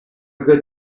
good